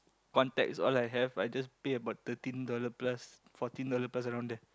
one tax all I have I just pay about thirteen dollar plus fourteen dollar plus around there